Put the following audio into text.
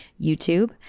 YouTube